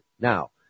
Now